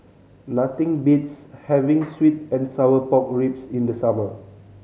nothing beats having sweet and sour pork ribs in the summer